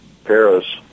Paris